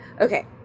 okay